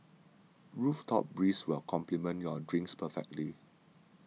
rooftop breeze will complement your drinks perfectly